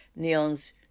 neons